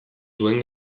duen